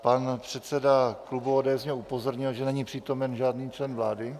Pan předseda klubu ODS mě upozornil, že není přítomen žádný člen vlády.